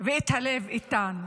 ואת הלב איתן?